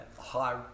high